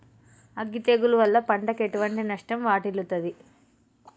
అగ్గి తెగులు వల్ల పంటకు ఎటువంటి నష్టం వాటిల్లుతది?